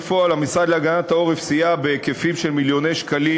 בפועל המשרד להגנת העורף סייע בהיקפים של מיליוני שקלים